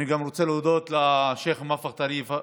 אני גם רוצה להודות לשייח' מוואפק טריף,